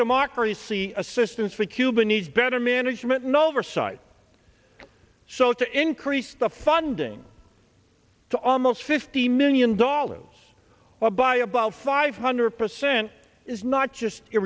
democracy assistance for cuba needs better management no oversight so as to increase the funding to almost fifty million dollars well by about five hundred percent is not just